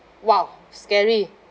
!wow! scary